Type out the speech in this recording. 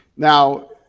now,